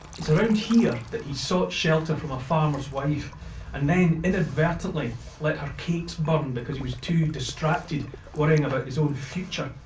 it's around here that he sought shelter from a farmer's wife and then inadvertently let her cakes burn because he was too distracted worrying about his own future.